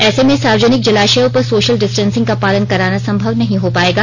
ऐसे में सार्वजनिक जलाशयों पर सोशल डिस्टेंसिंग का पालन कराना संभव नहीं हो पाएगा